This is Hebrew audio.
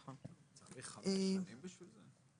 צריך חמש שנים בשביל זה?